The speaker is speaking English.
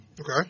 Okay